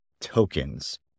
tokens